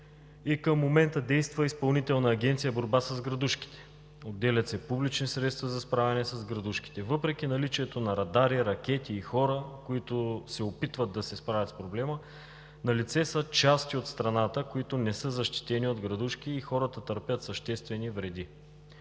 и към момента действа Изпълнителна агенция „Борба с градушките“, отделят се публични средства за справяне с градушките. Въпреки наличието на радари, ракети и хора, които се опитват да се справят с проблема, налице са части от страната, които не са защитени от градушки и хората търпят съществени вреди.